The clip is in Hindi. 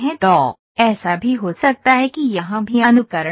तो ऐसा भी हो सकता है कि यहाँ भी अनुकरण हो